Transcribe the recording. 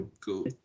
Cool